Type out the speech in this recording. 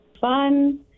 fun